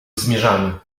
zmierzamy